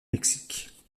mexique